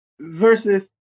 versus